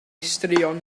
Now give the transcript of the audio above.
straeon